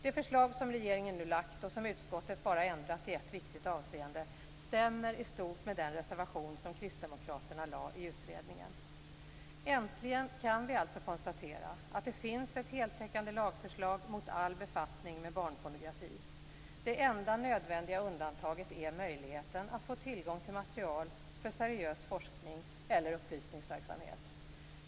Det förslag som regeringen nu lagt fram och som utskottet bara ändrat i ett viktigt avseende stämmer i stort sett med den reservation som kristdemokrater lade i utredningen. Äntligen kan vi alltså konstatera att det finns ett heltäckande lagförslag mot all befattning med barnpornografi. Det enda nödvändiga undantaget är möjligheten att få tillgång till material för seriös forskning eller upplysningsverksamhet.